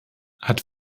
hat